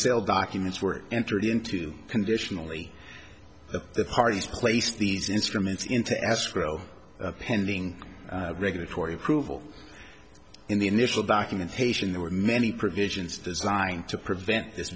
sale documents were entered into conditionally that the parties placed these instruments into escrow pending regulatory approval in the initial documentation there were many provisions designed to prevent this